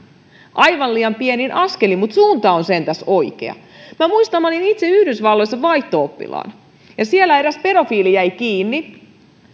aivan liian pienin askelin mutta suunta on sentäs oikea minä muistan kun olin itse yhdysvalloissa vaihto oppilaana ja siellä eräs pedofiili jäi kiinni